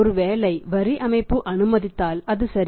ஒருவேளை வரி அமைப்பு அனுமதித்தால் அது சரி